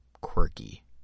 quirky